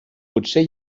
potser